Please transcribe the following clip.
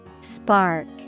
Spark